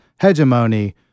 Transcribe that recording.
hegemony